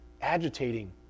agitating